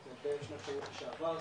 מתנדב שנת שירות לשעבר,